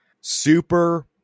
Super